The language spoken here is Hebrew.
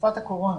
בתקופת הקורונה.